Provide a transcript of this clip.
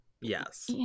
Yes